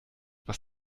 was